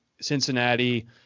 Cincinnati